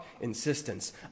insistence